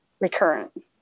recurrent